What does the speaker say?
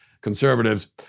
conservatives